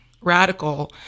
radical